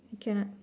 cannot